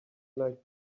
like